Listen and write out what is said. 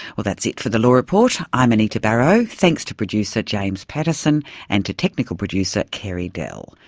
well that's it for the law report, i'm anita barraud, thanks to producer james pattison and to technical producer carey dell.